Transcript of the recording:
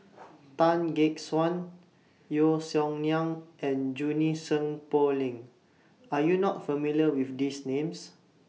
Tan Gek Suan Yeo Song Nian and Junie Sng Poh Leng Are YOU not familiar with These Names